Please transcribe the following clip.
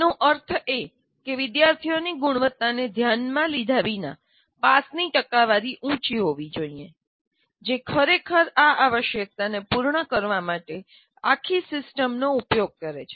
તેનો અર્થ એ કે વિદ્યાર્થીઓની ગુણવત્તાને ધ્યાનમાં લીધા વિના પાસની ટકાવારી ઉચી હોવી જોઈએ જે ખરેખર આ આવશ્યકતાને પૂર્ણ કરવા માટે આખી સિસ્ટમનો ઉપયોગ કરે છે